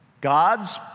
God's